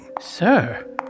Sir